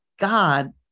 God